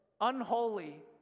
unholy